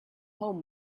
home